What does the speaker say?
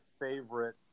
favorite